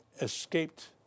escaped